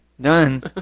Done